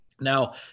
now